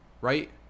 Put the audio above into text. right